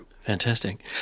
Fantastic